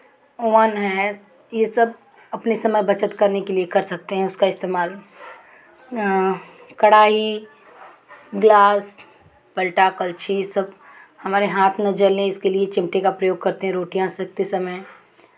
oven है ये सब अपने समय बचत करने के लिए कर सकते हैं उसका इस्तेमाल कराही ग्लास पलटा कलछी सब हमारे हाथ ना जलें इसके लिए चिमटे का प्रयोग करते हैं रोटियाँ सेकते समय